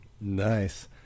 nice